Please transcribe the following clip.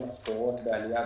מה הוראת השעה?